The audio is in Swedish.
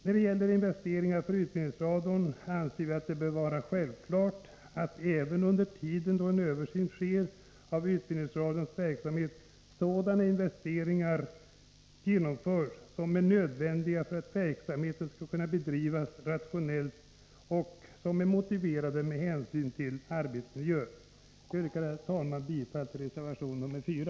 När det gäller investeringar för utbildningsradion anser vi att det bör vara självklart att även under den tid då en översyn sker av utbildningsradions verksamhet sådana investeringar görs som är nödvändiga för att verksamheten skall kunna bedrivas rationellt och som är motiverade med hänsyn till arbetsmiljön. Herr talman! Jag yrkar bifall till reservation nr 4.